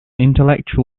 intellectual